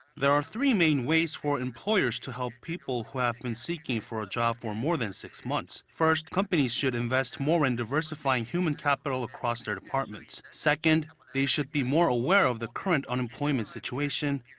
there are three main ways for employers to help people who have been seeking for a job for more than six months. first, companies should invest more in diversifying human capital across their departments, second they should be more aware of the current unemployment situation,